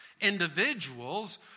individuals